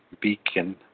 beacon